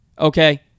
okay